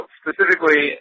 specifically